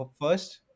first